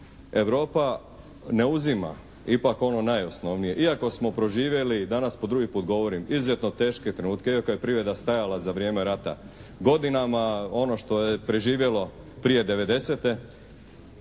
Europa ne uzima ipak ono najosnovnije, iako smo proživjeli i danas po drugi puta govorim, izuzetne teške trenutke iako je privreda stajala za vrijeme rata, godinama ono što je preživjelo prije